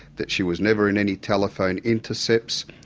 that she was never in any telephone intercepts,